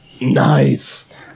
nice